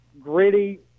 gritty